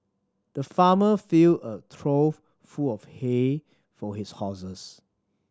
the farmer filled a trough full of hay for his horses